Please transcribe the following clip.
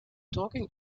talking